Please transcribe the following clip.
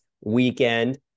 weekend